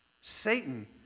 Satan